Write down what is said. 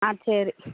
ஆ சரி